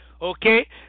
Okay